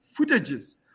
footages